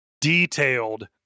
detailed –